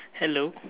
hello